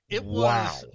Wow